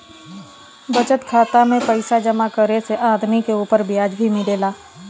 बचत खाता में पइसा जमा करे से आदमी के उपर ब्याज भी मिलेला